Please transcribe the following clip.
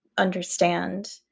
understand